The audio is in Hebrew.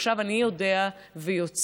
עכשיו אני יודע ויוצא,